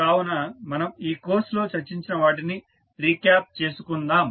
కావున మనం ఈ కోర్సులో చర్చించిన వాటిని రీక్యాప్ చేసుకుందాం